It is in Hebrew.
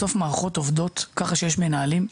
בסוף, מערכות עובדות ככה שיש מנהלים,